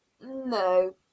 No